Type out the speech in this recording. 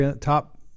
top